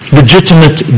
legitimate